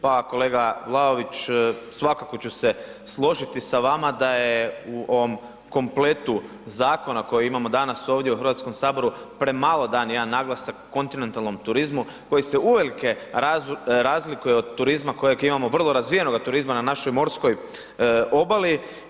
Pa kolega Vlaović, svakako ću se složiti sa vama da je u ovom kompletu zakona koje imamo danas ovdje u HS premalo dan jedan naglasak kontinentalnom turizmu koji se uvelike razlikuje od turizma kojeg imamo vrlo razvijenoga turizma na našoj morskoj obali.